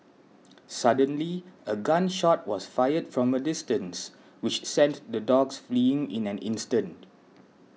suddenly a gun shot was fired from a distance which sent the dogs fleeing in an instant